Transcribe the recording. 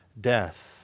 Death